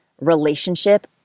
relationship